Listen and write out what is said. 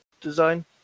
design